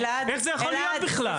איך זה יכול להיות בכלל?